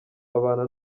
abana